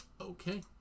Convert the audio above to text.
Okay